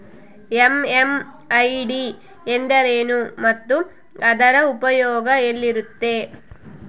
MMID ಎಂದರೇನು ಮತ್ತು ಅದರ ಉಪಯೋಗ ಎಲ್ಲಿರುತ್ತೆ?